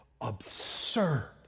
absurd